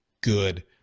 good